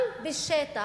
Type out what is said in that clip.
גם בשטח.